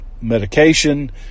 medication